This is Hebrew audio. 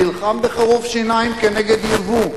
נלחם בחירוף נפש נגד יבוא.